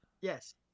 Yes